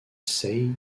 seille